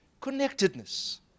connectedness